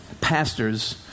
pastors